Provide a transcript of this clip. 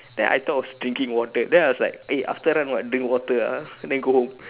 then I thought it was drinking water then I was like eh after run what drink water ah then go home